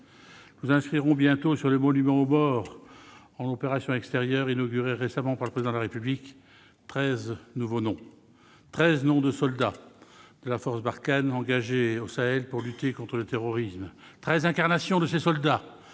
Nous inscrirons bientôt sur le monument aux morts en opérations extérieures (OPEX), inauguré récemment par le Président de la République, treize nouveaux noms : treize noms de soldats de la force Barkhane engagés au Sahel pour lutter contre le terrorisme ; treize incarnations de ces soldats